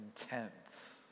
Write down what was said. intense